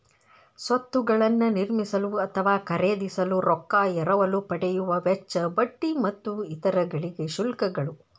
ಸ್ವತ್ತುಗಳನ್ನ ನಿರ್ಮಿಸಲು ಅಥವಾ ಖರೇದಿಸಲು ರೊಕ್ಕಾ ಎರವಲು ಪಡೆಯುವ ವೆಚ್ಚ, ಬಡ್ಡಿ ಮತ್ತು ಇತರ ಗಳಿಗೆ ಶುಲ್ಕಗಳು